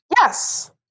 Yes